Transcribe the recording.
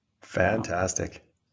Fantastic